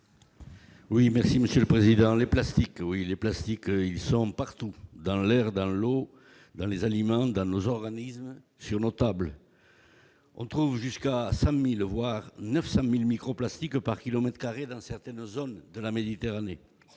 est à M. Roland Courteau, sur l'article. Les plastiques sont partout : dans l'air, dans l'eau, dans les aliments, dans nos organismes, sur nos tables. On trouve jusqu'à 100 000, voire 900 000 microplastiques par kilomètre carré dans certaines zones de la Méditerranée.